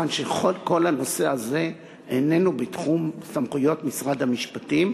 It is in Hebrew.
כיוון שחוד כל הנושא הזה איננו בתחום סמכויות משרד המשפטים,